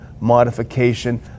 modification